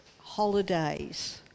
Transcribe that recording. holidays